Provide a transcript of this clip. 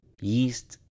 yeast